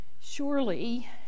Surely